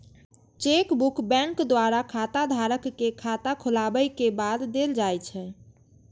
chequebook bank द्वारा खाताधारक कें खाता खोलाबै के बाद देल जाइ छै